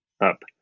up